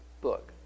book